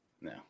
No